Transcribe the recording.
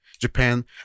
Japan